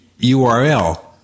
URL